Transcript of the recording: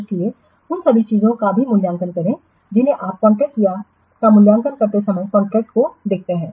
इसलिए उन सभी चीजों का भी मूल्यांकन करें जिन्हें आप कॉन्ट्रैक्ट का मूल्यांकन करते समय कॉन्ट्रैक्ट को देखते हैं